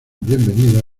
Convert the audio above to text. bienvenidos